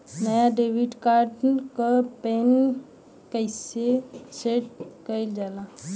नया debit card क PIN कईसे सेट कईल जाला?